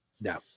No